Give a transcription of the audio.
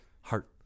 heart